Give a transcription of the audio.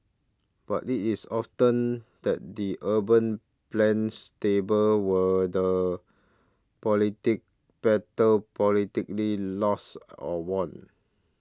but it is often at the urban planner's table where the politic battle politically lost or won